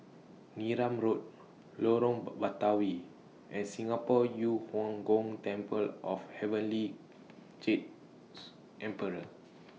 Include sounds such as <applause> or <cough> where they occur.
Neram Road Lorong <unintelligible> Batawi and Singapore Yu Huang Gong Temple of Heavenly Jade's Emperor